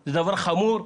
זה דבר חמור.